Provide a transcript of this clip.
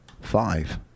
five